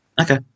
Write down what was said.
Okay